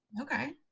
Okay